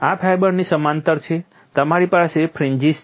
આ ફાઇબરની સમાંતર છે તમારી પાસે ફ્રિન્જિસ છે